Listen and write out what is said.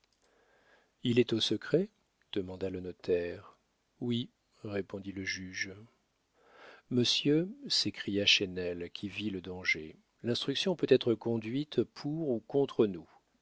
il est au secret demanda le notaire oui répondit le juge monsieur s'écria chesnel qui vit le danger l'instruction peut être conduite pour ou contre nous